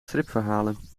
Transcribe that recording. stripverhalen